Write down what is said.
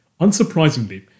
Unsurprisingly